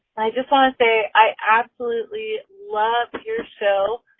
i just want to say i absolutely love your show.